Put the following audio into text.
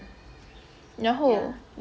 yeah